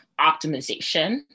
optimization